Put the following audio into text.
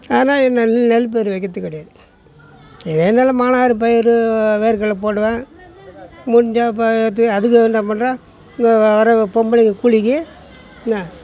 அதனால என்னால் நெல் பயிர் வைக்கிறது கிடையாது இருந்தாலும் மானாவரி பயிரு வேர்க்கட்லை போடுவேன் முடிஞ்சா இப்போ இது அதுக்கு என்ன பண்ணுறேன் இந்த வர பொம்பளைங்க குளிக்கும் என்ன